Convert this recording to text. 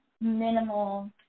minimal